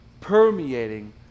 permeating